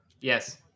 Yes